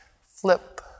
Flip